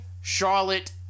Charlotte